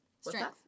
Strength